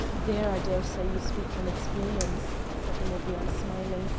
there i daresay you speak from experience, said olivia, smiling,